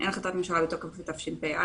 אין החלטת ממשלה בתוקף לשנת תשפ"א,